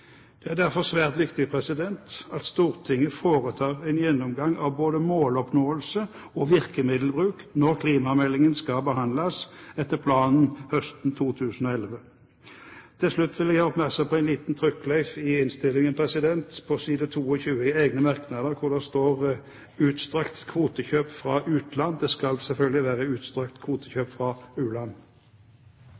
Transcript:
Det er derfor svært viktig at Stortinget foretar en gjennomgang av både måloppnåelse og virkemiddelbruk når klimameldingen skal behandles etter planen høsten 2011. Til slutt vil jeg gjøre oppmerksom på en liten trykkfeil i innstillingen på side 22 i egne merknader, hvor det står «utstrakt kvotekjøp fra utland». Det skal selvfølgelig være